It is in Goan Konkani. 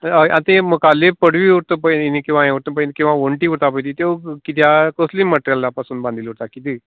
हय आतां ही मुखाल्ली पडवी उरता पळय किंवा ये उरता पळय किंवा वन्टी कोता पळय नी त्यो किद्या कसली मटेरीयला पासून बांदिली वता किदें